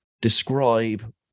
describe